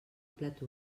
plat